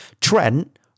Trent